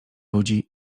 ludzi